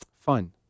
fun